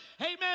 Amen